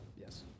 Yes